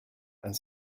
and